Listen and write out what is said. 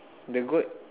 the goat